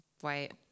white